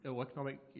economic